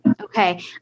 Okay